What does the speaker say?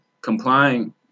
complying